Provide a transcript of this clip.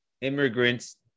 immigrants